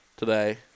today